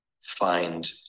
find